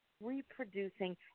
reproducing